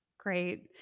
Great